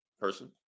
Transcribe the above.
person